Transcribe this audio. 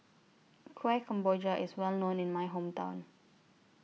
Kueh Kemboja IS Well known in My Hometown